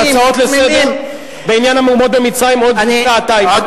הצעות לסדר-היום בעניין המהומות במצרים בעוד שעתיים בערך.